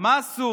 מה אסור,